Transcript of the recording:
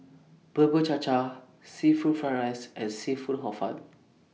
Bubur Cha Cha Seafood Fried Rice and Seafood Hor Fun